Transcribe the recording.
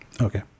Okay